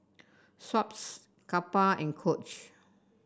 Schweppes Kappa and Coach